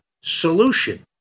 solution